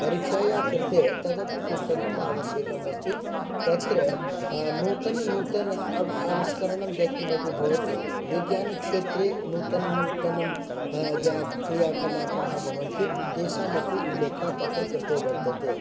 परीक्षायाः कृते तदपि पुस्तकम् आवश्यकमस्ति तत्र नूतननूतन अ आविष्करणं यद्किमपि भवति वैज्ञानिकक्षेत्रे नूतननूतनं या क्रियाकलापाः भवन्ति तेषामपि उल्लेखः तत्र कृतो वर्तते